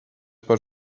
par